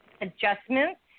adjustments